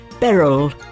Beryl